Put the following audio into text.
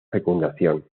fecundación